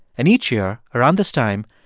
and each year, around this time,